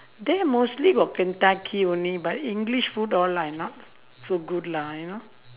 there mostly got kentucky only but english food all like not so good lah you know